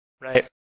Right